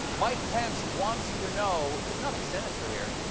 mike pence wants you to know it's something sinnister here.